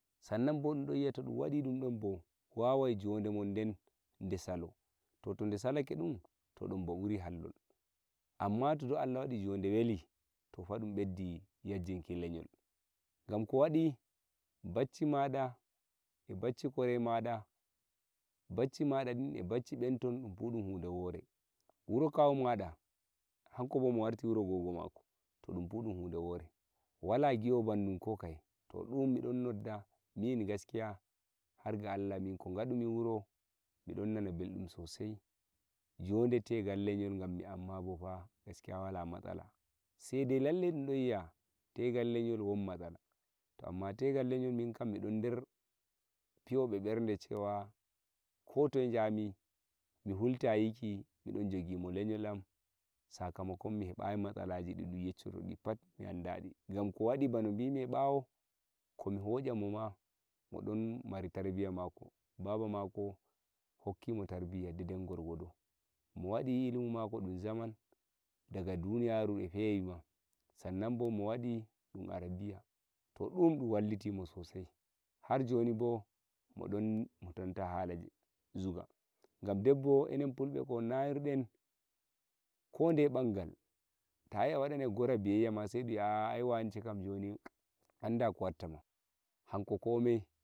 san nan bo dum don yi'a to dum wadi don bo wawai njode mon den nde salo to to nde salake dum to bo don bo mburi hallol amma to dou Allah wadi njode weli to fa dum beddi yajjinki nleyol ngam ko wadi bacci mada e bacci kore mada bacci mada din e bacci nbenton dum fu dum hunde wore wuro kawu mada hanko bo mo warti wuro gogo mako to dum fu dum hunde wore wala gi'o wo nbandum ko kaye to dum mi don nodda min gaskiya har ga Allah min ko ngadumi wuro mi don nana mbeldum so sai njode tegal nleyol ngammi amma bo fa gaskiya wala matsala sei dei lallai dum don yi'a tegal won matsala to amma tegal nleyol min kam mi don nder piyo nberde cewa ko toye njami mi hulta yiki midon njogi mo nleyol am sakamakon mi hebayi matsalaji di dum yeccoto di pat mi anda di ngam ko wadi bano mbimi e bawo ko mi hoya mo ma modon mari tarbiya mako baba mako hokki mo tarbiya de- den gorgodo mo wadi ilimu mako dum zaman daga duniyaru e fewi ma san nan bo mo wadi dum arabiya to du'um dun walliti mo so sai har joni bo mo don mo tonta hala zuga ngam debbo enen fulbe ko nawirden ko ndeye nbangal ta wi a wadanai gora biyayya ma sei dum wi'a a'a ai wance njoni anda ko watta ma hanko komi